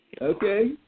Okay